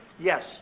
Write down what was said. Yes